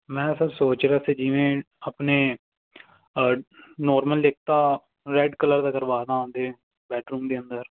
ਮੈਂ ਸਰ ਸੋਚ ਰਿਹਾ ਸੀ ਜਿਵੇਂ ਆਪਣੇ ਨੋਰਮਲ ਇੱਕ ਤਾਂ ਰੈੱਡ ਕਲਰ ਦਾ ਕਰਵਾ ਦੇਵਾਂਗੇ ਬੈੱਡਰੂਮ ਦੇ ਅੰਦਰ